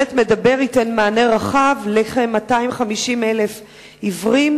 שלט מדבר ייתן מענה רחב לכ-250,000 עיוורים,